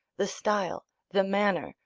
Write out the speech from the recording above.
the style, the manner,